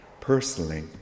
personally